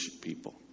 people